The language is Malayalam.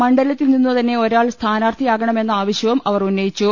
മണ്ഡലത്തിൽ നിന്നുതന്നെ ഒരാൾ സ്ഥാനാർത്ഥി യാകണമെന്ന ആവശ്യവും അവർ ഉന്നയിച്ചു